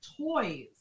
toys